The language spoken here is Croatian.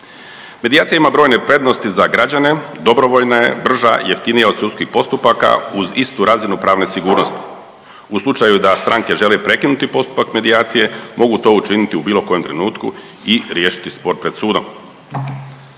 Medijacija ima brojne prednosti za građane, dobrovoljna je, brža, jeftinija od sudskih postupaka uz istu razinu pravne sigurnosti. U slučaju da stranke žele prekinuti postupak medijacije mogu to učiniti u bilo kojem trenutku i riješiti spor pred sudom.